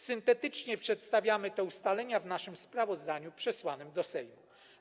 Syntetycznie przedstawiamy te ustalenia w naszym sprawozdaniu przesłanym do Sejmu.